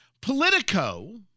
Politico